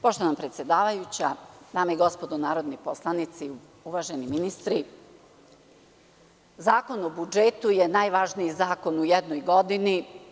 Poštovana predsedavajuća, dame i gospodo narodni poslanici, uvaženi ministri, Zakon o budžetu je najvažniji zakon u jednoj godini.